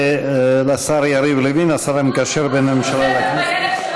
תודה לשר יריב לוין, השר המקשר בין הממשלה לכנסת.